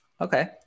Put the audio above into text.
Okay